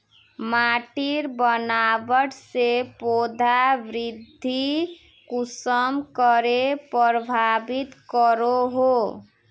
माटिर बनावट से पौधा वृद्धि कुसम करे प्रभावित करो हो?